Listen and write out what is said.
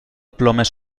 plomes